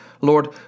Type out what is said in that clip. Lord